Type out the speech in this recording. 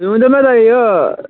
تُہۍ ؤنۍتو مےٚ یہِ